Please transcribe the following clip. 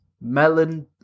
Melon